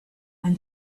and